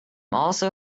also